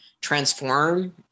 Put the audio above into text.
transform